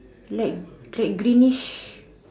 like light greenish